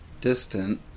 Distant